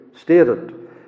stated